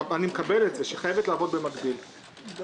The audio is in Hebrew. ואני חייב להסביר לכם את המשמעות בעניין החקלאי.